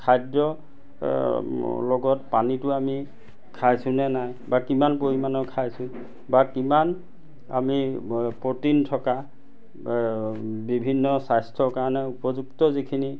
খাদ্যৰ লগত পানীটো আমি খাইছোনে নাই বা কিমান পৰিমাণৰ খাইছোঁ বা কিমান আমি প্ৰটিন থকা বিভিন্ন স্বাস্থ্যৰ কাৰণে উপযুক্ত যিখিনি